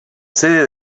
sede